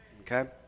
okay